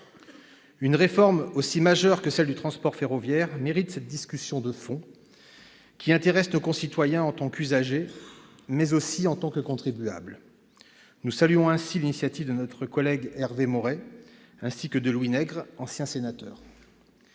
Une réforme aussi majeure que celle du transport ferroviaire mérite cette discussion de fond, qui intéresse nos concitoyens non seulement en tant qu'usagers, mais aussi en tant que contribuables. Nous saluons ainsi l'initiative conjointe de notre collègue Hervé Maurey et de Louis Nègre, ancien sénateur.